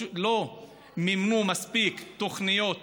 לא מימנו מספיק תוכניות